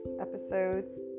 Episodes